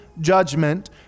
judgment